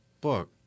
book